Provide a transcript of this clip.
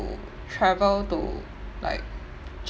to travel to like